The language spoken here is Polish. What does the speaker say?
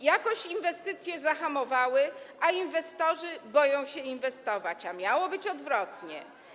Jakoś inwestycje wyhamowały, a inwestorzy boją się inwestować, a miało być odwrotnie.